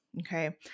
Okay